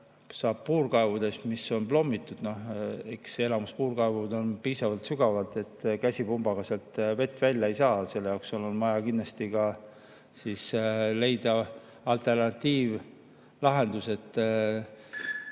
saab puurkaevudest, mis on plommitud. Enamik puurkaeve on nii sügavad, et käsipumbaga sealt vett kätte ei saa. Selle jaoks on vaja kindlasti ka leida alternatiiv, lahendused